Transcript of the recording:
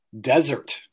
desert